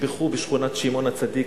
נטבחו בשכונת שמעון-הצדיק,